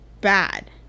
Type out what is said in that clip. bad